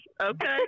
Okay